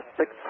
six